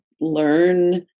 learn